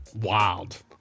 Wild